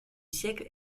siècle